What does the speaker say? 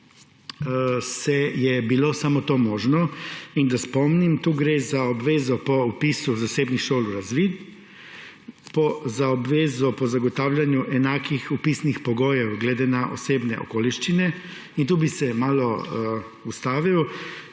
je bilo samo to možno. In da spomnim, tu gre za obvezo po vpisu zasebnih šol v razvid, za obvezo po zagotavljanju enakih vpisnih pogojev glede na osebne okoliščine. Tu bi se malo ustavil,